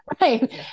right